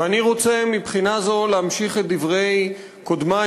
ואני רוצה מבחינה זו להמשיך את דברי קודמי,